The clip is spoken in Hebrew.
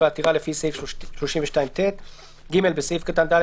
בעתירה לפי סעיף 32ט."; (ג)בסעיף קטן (ד),